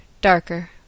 darker